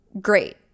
great